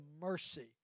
mercy